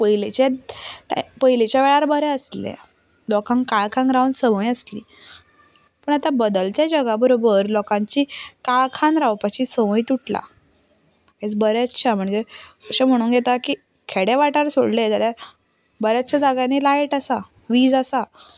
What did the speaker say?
पयलींचे पयलींचे वेळार बरें आसलें लोकांक काळखांत रावंक संवय आसली पूण आतां बदलते जगा बराबर लोकांची काळखांत रावपाची संवय तुटल्या आयज बरेचशे म्हणजे अशें म्हणूंक येता की खेडे वाठार सोडले जाल्यार बरेचशे वाठारांनी लायट आसा वीज आसा